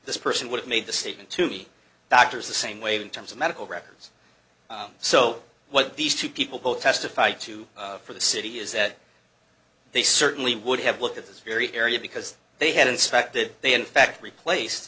this person would have made the statement to me doctors the same way in terms of medical records so what these two people will testify to for the city is that they certainly would have looked at this very area because they had inspected they in fact replace